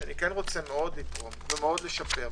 שאני כן רוצה לתרום ולשפר,